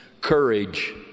courage